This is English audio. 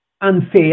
unfair